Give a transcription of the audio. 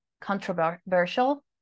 controversial